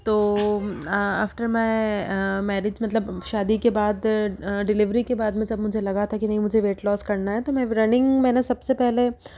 तो आफ्टर मैं मैरिड मतलब शादी के बाद डिलीवरी के बाद में जब मुझे लगा था कि नहीं मुझे वेट लॉस करना है तो मैं रनिंग मैंने सबसे पहले